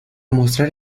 mostrar